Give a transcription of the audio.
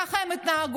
ככה הם התנהגו,